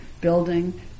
building